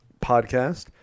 podcast